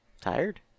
Tired